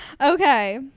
okay